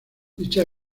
dicha